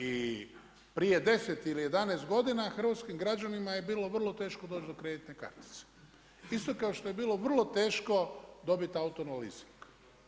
I prije 10 ili 11 godina hrvatskim građanima je bilo vrlo teško doći do kreditne kartice isto kao što je bilo vrlo teško dobiti auto na leasing.